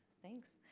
thanks,